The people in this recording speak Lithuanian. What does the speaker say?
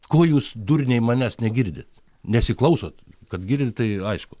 ko jūs durniai manęs negirdit nesiklausot kad girdi tai aišku